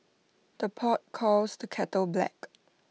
the pot calls the kettle black